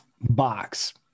box